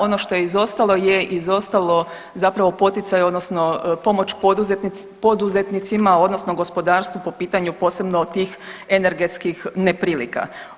Ono što je izostalo je izostalo zapravo poticaj odnosno pomoć poduzetnicima odnosno gospodarstvu po pitanju posebno tih energetskih neprilika.